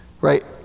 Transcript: right